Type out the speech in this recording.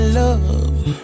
love